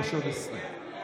יש עוד, אישרו?